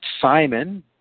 Simon